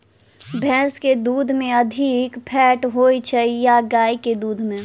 भैंस केँ दुध मे अधिक फैट होइ छैय या गाय केँ दुध में?